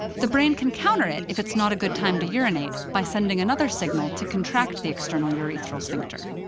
the brain can counter it if it's not a good time to urinate by sending another signal to contract the external urethral sphincter.